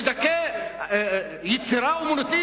לדכא יצירת אמנות?